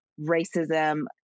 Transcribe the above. racism